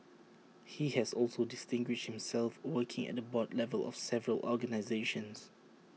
he has also distinguished himself working at the board level of several organisations